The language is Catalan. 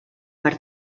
per